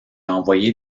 envoyé